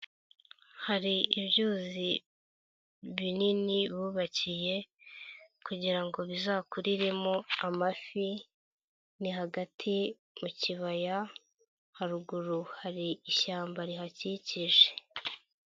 Hari ibyuzi binini bubakiye kugira ngo bizakuriremo amafi, ni hagati mu kibaya, haruguru hari ishyamba rihakikije.